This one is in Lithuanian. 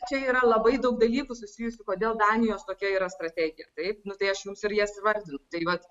čia yra labai daug dalykų susijusių kodėl danijos tokia yra strategija taip nu tai aš jums ir jas vardinu tai vat